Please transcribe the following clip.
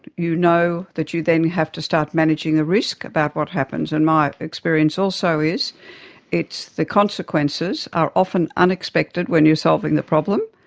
you know that you then have to start managing the risk about what happens. and my experience also is it's the consequences are often unexpected when you're solving the problem,